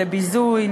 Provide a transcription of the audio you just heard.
ביזוי,